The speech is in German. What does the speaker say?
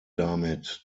damit